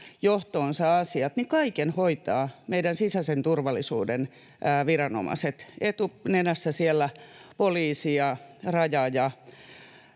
johtoonsa asiat, kaiken hoitavat meidän sisäisen turvallisuuden viranomaiset, etunenässä siellä poliisi ja Raja ja